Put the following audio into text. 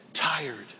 tired